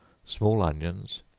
small onions,